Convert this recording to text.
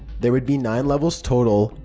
there would be nine levels total.